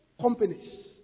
companies